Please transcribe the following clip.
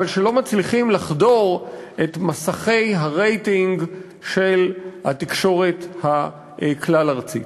שלא מצליחים לחדור את מסכי הרייטינג של התקשורת הכלל-ארצית.